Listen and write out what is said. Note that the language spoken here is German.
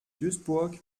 duisburg